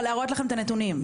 להראות לכם את הנתונים.